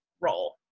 role